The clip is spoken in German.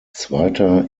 zweiter